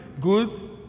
good